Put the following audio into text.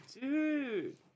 dude